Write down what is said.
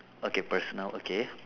okay personal okay